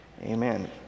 amen